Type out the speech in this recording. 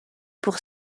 pour